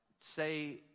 say